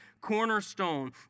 cornerstone